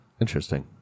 Interesting